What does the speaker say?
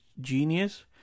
genius